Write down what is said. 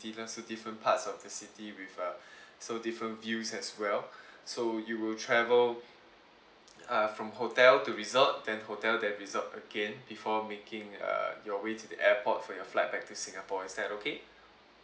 dinners with different parts of the city with uh so different views as well so you will travel uh from hotel to resort then hotel then resort again before making uh your way to the airport for your flight back to singapore is that okay